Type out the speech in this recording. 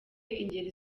ingeri